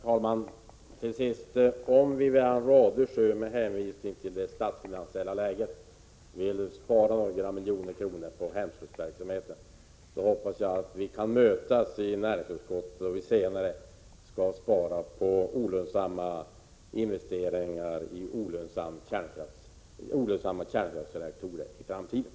Herr talman! Om Wivi-Anne Radesjö med hänvisning till det statsfinansiella läget vill spara några miljoner kronor på hemslöjdsverksamheten, hoppas jag att vi kan mötas i näringsutskottet, då vi senare skall spara på investeringar i olönsamma kärnkraftsreaktorer i framtiden.